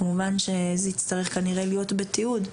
כמובן שזה יצטרך כמובן להיות בתיעוד.